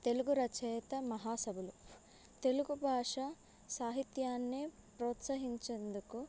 తెలుగు రచయిత మహాసవులు తెలుగు భాష సాహిత్యాన్ని ప్రోత్సహించేందుకు